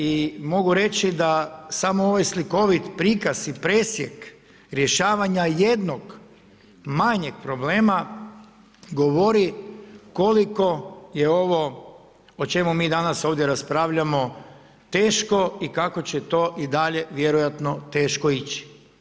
I mogu reći da samo ovaj slikovit prikaz i presjek rješavanja jednog manjeg problema govori koliko je ovo o čemu mi danas ovdje raspravljamo teško i kako će to i dalje vjerojatno teško ići.